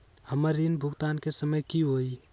हमर ऋण भुगतान के समय कि होई?